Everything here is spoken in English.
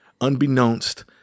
Unbeknownst